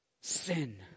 sin